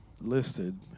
listed